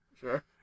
Sure